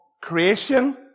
creation